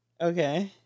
Okay